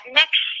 next